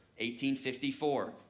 1854